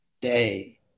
day